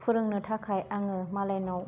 फोरोंनो थाखाय आङो मालायनाव